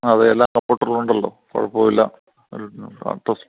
അതെ എല്ലാ പൊട്ടലുമുണ്ടല്ലോ കുഴപ്പമില്ല ഇതിൻ്റെ അഡ്ഡ്രസ്സ്